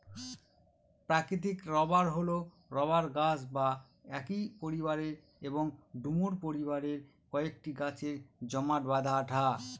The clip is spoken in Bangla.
প্রাকৃতিক রবার হল রবার গাছ বা একই পরিবারের এবং ডুমুর পরিবারের কয়েকটি গাছের জমাট বাঁধা আঠা